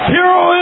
Hero